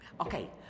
Okay